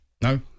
No